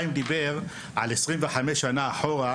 חיים ביבס דיבר על 25 שנים אחורה,